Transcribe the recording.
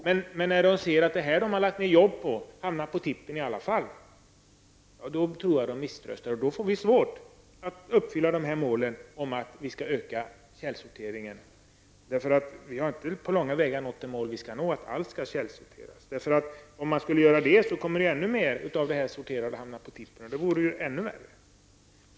Men när människor ser att det som de har lagt ner arbete på hamnar på tippen i alla fall, tror jag att de misströstar. Då får vi svårt att uppfylla dessa mål om att vi skall öka källsorteringen. Vi har inte på långa vägar nått de mål vi skall nå, att alla sopor skall källsorteras. Om man skulle göra det kommer ju ännu mer av det som redan är sorterat att hamna på tippen, och det vore ju ännu värre.